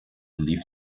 leave